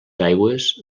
aigües